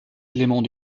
éléments